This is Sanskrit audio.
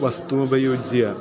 वस्तु उपयुज्य